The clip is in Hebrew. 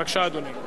בבקשה, אדוני.